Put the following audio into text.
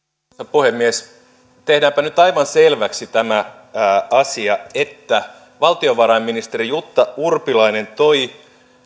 puhemies tehdäänpä nyt aivan selväksi tämä asia että valtiovarainministeri jutta urpilainen toi